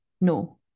No